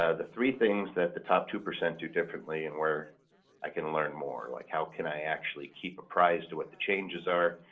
ah the three things that the top two percent do differently, and where i can learn more. like how can i actually keep apprised of what the changes are?